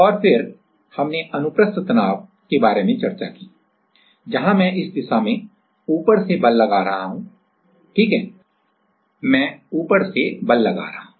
और फिर हमने अनुप्रस्थ तनाव के बारे में चर्चा की जहां मैं इस दिशा में ऊपर से बल लगा रहा हूं ठीक है मैं ऊपर से बल लगा रहा हूं